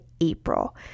april